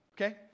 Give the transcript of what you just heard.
okay